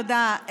תודה.